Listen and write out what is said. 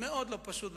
מאוד לא פשוט.